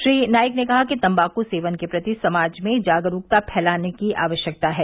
श्री नाईक ने कहा कि तम्बाकू सेवन के प्रति समाज में जागरूकता फैलाने की आवश्यकता है